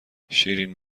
شیرین